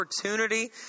opportunity